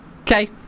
okay